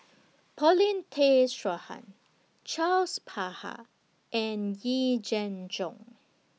Paulin Tay Straughan Charles Paglar and Yee Jenn Jong